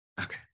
Okay